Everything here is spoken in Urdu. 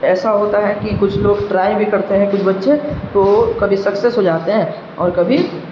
ایسا ہوتا ہے کہ کچھ لوگ ٹرائی بھی کرتے ہیں کچھ بچے تو کبھی سکسیس ہو جاتے ہیں اور کبھی